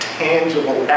tangible